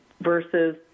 versus